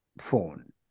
phone